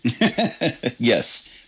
Yes